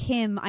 Kim